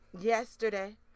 yesterday